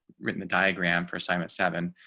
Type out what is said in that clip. written the diagram for assignment seven,